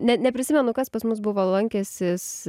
ne neprisimenu kas pas mus buvo lankęsis